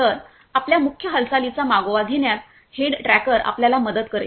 तर आपल्या मुख्य हालचालीचा मागोवा घेण्यात हेड ट्रॅकर आपल्याला मदत करेल